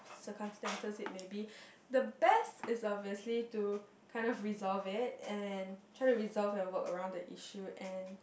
circumstances it may be the best is obviously to kind of resolve it and try to resolve and work around the issue and